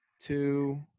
two